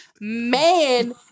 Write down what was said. man